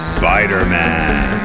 Spider-Man